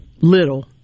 little